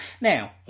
Now